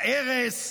להרס,